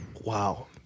Wow